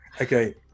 Okay